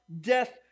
death